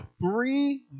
three